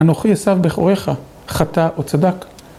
‫אנוכי עשו בכורך חטא או צדק?